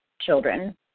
children